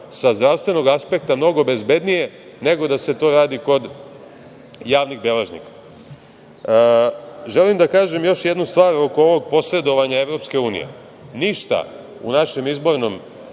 sa zdravstvenog aspekta mnogo bezbednije nego da se to radi kod javnih beležnika. Želim da kažem još jednu stvar oko ovog posredovanja EU. Ništa u našem izbornom